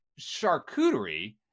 charcuterie